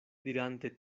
dirante